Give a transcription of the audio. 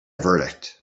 verdict